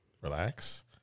relax